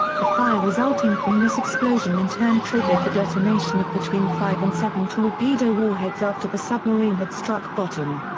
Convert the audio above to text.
the fire resulting from this explosion in turn triggered the detonation of between five and seven torpedo warheads after the submarine had struck bottom.